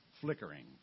flickering